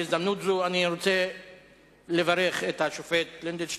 הצעות דחופות לסדר-היום שמספרן 294,